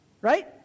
right